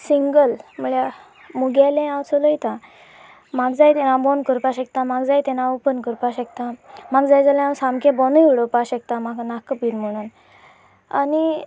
single म्हळ्यार मुगेलें हांव चलयतां म्हाका जाय तेन्ना हांव बंद करपाक शकता म्हाका जाय तेन्ना हांव ओपन करपाक शकता म्हाका जाय जाल्यार हांव सामकें बंदूय उडोवपाक शकता म्हाका नाकाबीन म्हणून आनी